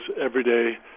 everyday